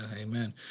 Amen